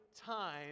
time